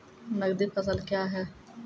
नगदी फसल क्या हैं?